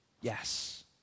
Yes